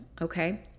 Okay